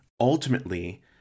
Ultimately